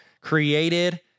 created